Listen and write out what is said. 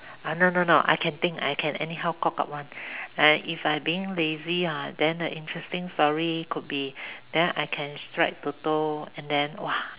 ah no no no I can think I can anyhow cock up one if I being lazy then the interesting story could be then I can strike TOTO and then !wah!